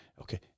okay